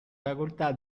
facoltà